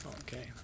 Okay